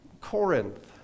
Corinth